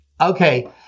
okay